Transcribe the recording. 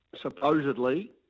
supposedly